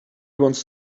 wants